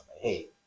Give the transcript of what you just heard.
hey